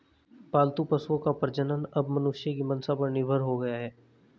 पालतू पशुओं का प्रजनन अब मनुष्यों की मंसा पर निर्भर हो गया है